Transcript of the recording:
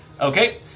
Okay